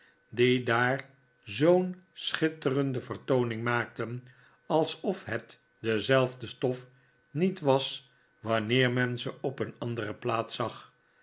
die daar zoo'n schitterende vertooning maakte alsof het dezelfde stof niet was wanneer men ze op een andere plaats zag